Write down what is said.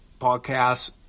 Podcasts